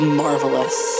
marvelous